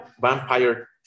Vampire